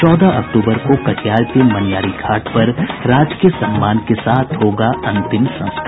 चौदह अक्टूबर को कटिहार के मनिहारी घाट पर राजकीय सम्मान के साथ होगा अंतिम संस्कार